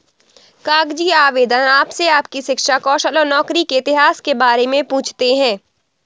कागजी आवेदन आपसे आपकी शिक्षा, कौशल और नौकरी के इतिहास के बारे में पूछते है